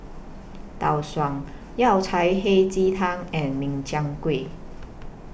Tau Suan Yao Cai Hei Ji Tang and Min Chiang Kueh